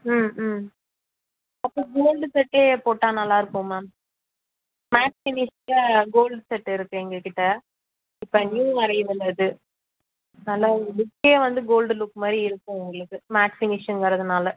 ம் ம் அப்போ கோல்டு செட்டே போட்டால் நல்லாருக்கும் மேம் மேட்ச் கோல்டு செட்டு இருக்கு எங்கள்கிட்ட இப்போ நியூ அரைவல் அது நல்லா லுக்கே வந்து கோல்டு லுக்மாதிரி இருக்கும் உங்களுக்கு மேட்ச் மிக்சிங்கறதுனால